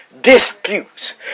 Disputes